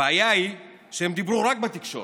הבעיה היא שהם דיברו בתקשורת